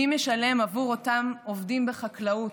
מי משלם עבור אותם עובדים בחקלאות,